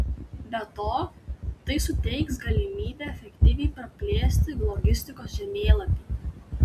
be to tai suteiks galimybę efektyviai praplėsti logistikos žemėlapį